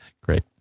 Great